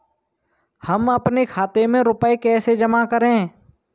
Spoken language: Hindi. हम अपने खाते में रुपए जमा कैसे करें?